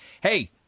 hey—